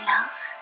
Love